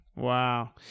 Wow